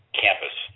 campus